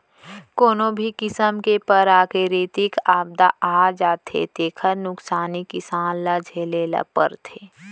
कोनो भी किसम के पराकिरितिक आपदा आ जाथे तेखर नुकसानी किसान ल झेले ल परथे